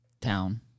town